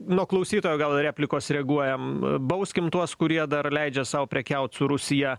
nuo klausytojo gal replikos reaguojam bauskim tuos kurie dar leidžia sau prekiaut su rusija